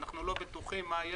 ואנחנו לא בטוחים מה יהיה